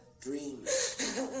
Dreams